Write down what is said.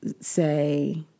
say